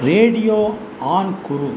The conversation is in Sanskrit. रेडियो आन् कुरु